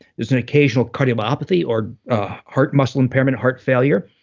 there's an occasional cardiomyopathy or heart muscle impairment, heart failure,